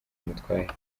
bimutwaye